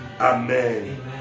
amen